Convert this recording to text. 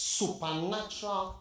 supernatural